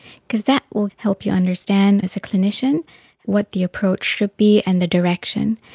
because that will help you understand as a clinician what the approach should be and the direction.